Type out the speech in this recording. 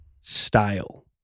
style